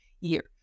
year